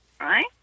Right